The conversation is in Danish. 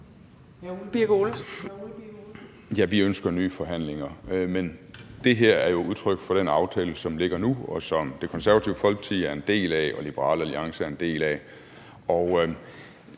Ja, vi ønsker nye forhandlinger. Men det her er jo udtryk for den aftale, som ligger nu, og som Det Konservative Folkeparti er en del af og Liberal Alliance er en del af.